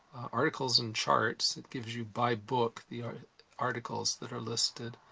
articles and charts. it gives you, by book, the articles that are listed.